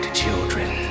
children